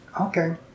Okay